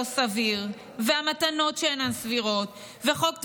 שהוא לא סביר, המתנות, שאינן סבירות, חוק טבריה,